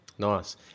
Nice